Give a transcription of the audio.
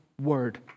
word